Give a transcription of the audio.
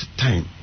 time